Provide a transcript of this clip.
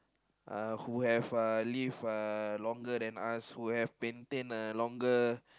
uh who have uh live uh longer than us who have maintained a longer